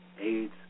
AIDS